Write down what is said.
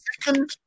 second